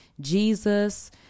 Jesus